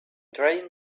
trying